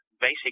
basic